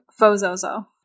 fozozo